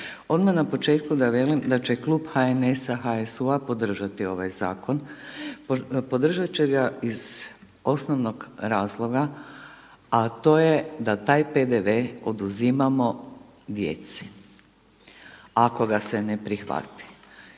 Odmah na početku da velim da će klub HNS-a, HSU-a podržati ovaj zakon. Podržat će ga iz osnovnog razloga a to je da taj PDV oduzimamo djeci ako ga se ne prihvati.